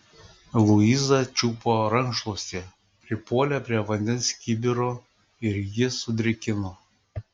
luiza čiupo rankšluostį pripuolė prie vandens kibiro ir jį sudrėkino